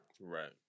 right